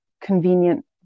convenient